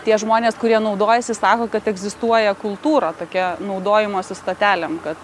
tie žmonės kurie naudojasi sako kad egzistuoja kultūra tokia naudojimosi stotelėm kad